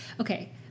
okay